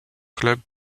clubs